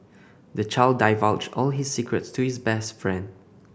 the child divulged all his secrets to his best friend